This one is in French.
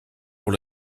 pour